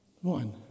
One